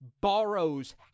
borrows